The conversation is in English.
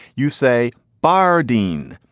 you say bardeen.